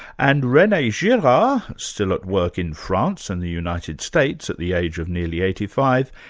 and rene girard, still at work in france and the united states at the age of nearly eighty five,